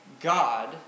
God